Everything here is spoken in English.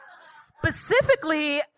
specifically